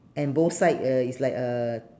and both side uh is like uh